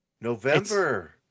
November